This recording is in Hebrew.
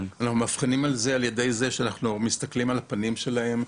אנחנו מאבחנים את זה על ידי זה שאנחנו מסתכלים על הפנים שלהם,